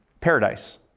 paradise